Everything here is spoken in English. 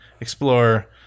explore